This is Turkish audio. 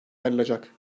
ayrılacak